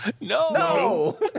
No